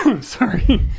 Sorry